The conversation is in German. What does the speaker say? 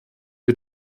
wir